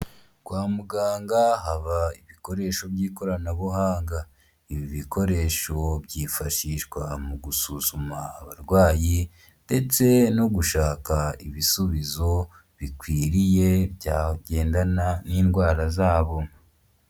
kwa muganga haba ibikoresho by'ikoranabuhanga ibi bikoresho byifashishwa mu gusuzuma abarwayi ndetse no gushaka ibisubizo bikwiriye byagendana n'indwara zabo